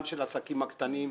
גם של עסקים קטנים,